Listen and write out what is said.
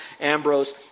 Ambrose